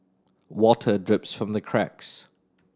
water drips from the cracks